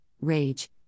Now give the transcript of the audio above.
rage